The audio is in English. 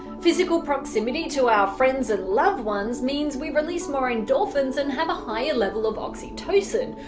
physical proximity to our friends and loved ones means we release more endorphins and have a higher level of oxytocin,